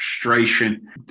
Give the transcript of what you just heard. frustration